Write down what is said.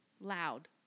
Loud